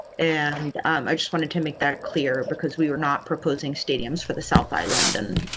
and um i just wanted to make that clear because we're not proposing stadiums for the south island and